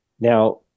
Now